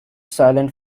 silent